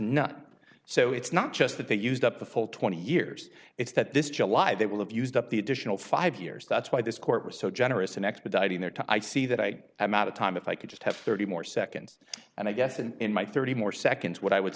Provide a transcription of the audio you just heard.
not so it's not just that they used up the full twenty years it's that this july they will have used up the additional five years that's why this court was so generous in expediting there to i see that i am out of time if i could just have thirty more seconds and i guess in in my thirty more seconds what i would